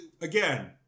again